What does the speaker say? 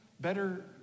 Better